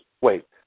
Wait